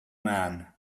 man